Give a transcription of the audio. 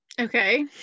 okay